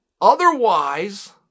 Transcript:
otherwise